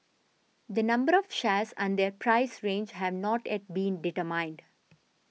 the number of shares and their price range have not yet been determined